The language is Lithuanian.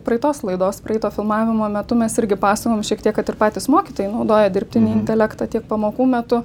praeitos laidos praeito filmavimo metu mes irgi pasakojom šiek tiek kad ir patys mokytojai naudoja dirbtinį intelektą tiek pamokų metu